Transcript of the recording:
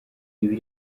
ibi